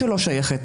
שלא שייכת,